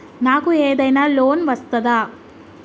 నాకు ఏదైనా లోన్ వస్తదా?